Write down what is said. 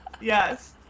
Yes